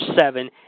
seven